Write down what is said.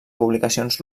publicacions